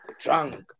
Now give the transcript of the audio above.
drunk